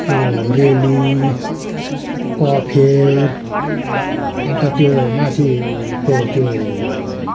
त्यो रेली कफेर अन्त त्यो माथिको त्यो